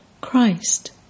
Christ